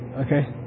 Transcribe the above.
Okay